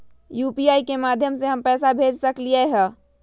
UPI के माध्यम से हम पैसा भेज सकलियै ह?